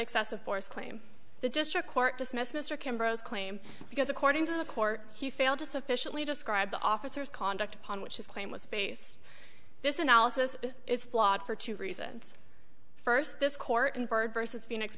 excessive force claim the district court dismissed mr kember's claim because according to the court he failed to sufficiently describe the officer's conduct upon which is claimed with space this analysis is flawed for two reasons first this court and byrd vs phoenix